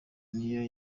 niyo